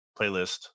playlist